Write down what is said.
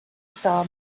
star